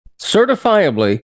certifiably